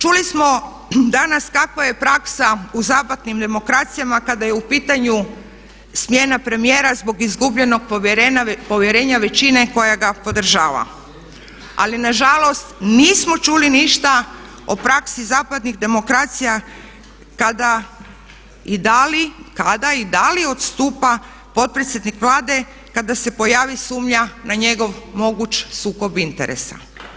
Čuli smo danas kakva je praksa u zapadnim demokracijama kada je u pitanju smjena premijera zbog izgubljenog povjerenja većine koja ga podržava ali nažalost nismo čuli ništa o praksi zapadnih demokracija kada i da li kada i da li odstupa podpredsjednik Vlade kada se pojavi sumnja na njegovo moguć sukob interesa.